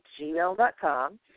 gmail.com